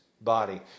body